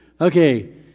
Okay